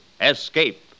escape